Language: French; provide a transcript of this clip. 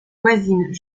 voisine